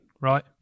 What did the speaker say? right